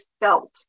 felt